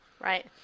Right